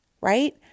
Right